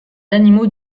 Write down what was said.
animaux